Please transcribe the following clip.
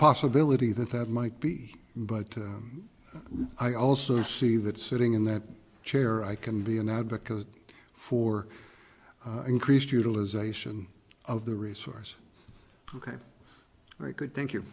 possibility that that might be but i also see that sitting in that chair i can be an advocate for increased utilization of the resource ok very good thank you